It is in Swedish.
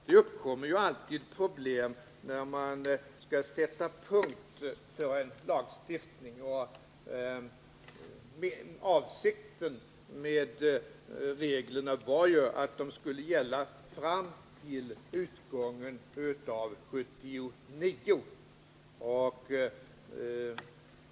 Det uppkommer alltid problem när man skall sätta punkt för en lagstiftning. Avsikten med reglerna var ju att de skulle gälla fram till utgången av 1979.